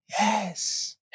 Yes